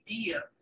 idea